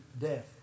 death